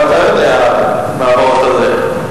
גם אתה יודע על הווארט הזה,